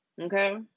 Okay